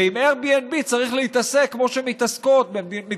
ועם Airbnb צריך להתעסק כמו שמתעסקים